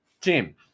team